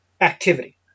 activity